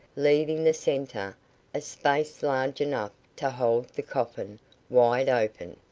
leaving the centre a space large enough to hold the coffin wide open.